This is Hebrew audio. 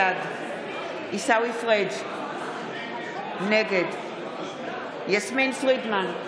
בעד עיסאווי פריג' נגד יסמין פרידמן,